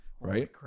right